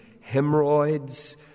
hemorrhoids